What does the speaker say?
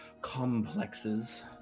complexes